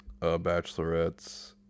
bachelorettes